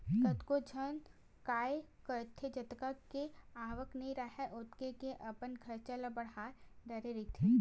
कतको झन काय करथे जतका के आवक नइ राहय ओतका के अपन खरचा ल बड़हा डरे रहिथे